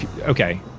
Okay